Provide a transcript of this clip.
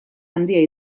handia